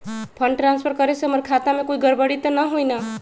Fund transfer करे से हमर खाता में कोई गड़बड़ी त न होई न?